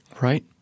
Right